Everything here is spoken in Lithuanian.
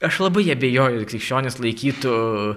aš labai abejoju ar krikščionys laikytų